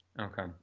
okay